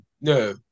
no –